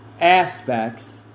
aspects